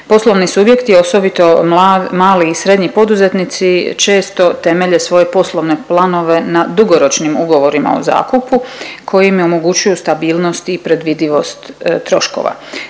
Poslovni subjekti osobito mali i srednji poduzetnici često temelje svoje poslovne planove na dugoročnim ugovorima o zakupu koji im omogućuju stabilnost i predvidivost troškova.